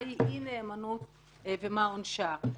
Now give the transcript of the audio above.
מה היא אי-נאמנות ומה עונשה.